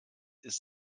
ist